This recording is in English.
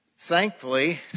Thankfully